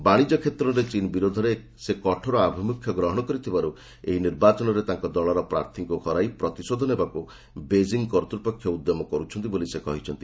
ବାଣିଜ୍ୟ କ୍ଷେତ୍ରରେ ଚୀନ୍ ବିରୋଧରେ ସେ କଠୋର ଆଭିମୁଖ୍ୟ ଗ୍ରହଣ କରିଥିବାରୁ ଏଇ ନିର୍ବାଚନରେ ତାଙ୍କ ଦଳର ପ୍ରାର୍ଥୀଙ୍କୁ ହରାଇ ପ୍ରତିଷୋଧ ନେବାକୁ ବେଜିଂ କର୍ତ୍ତୃପକ୍ଷ ଉଦ୍ୟମ କରୁଛନ୍ତି ବୋଲି ସେ କହିଛନ୍ତି